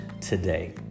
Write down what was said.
today